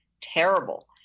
terrible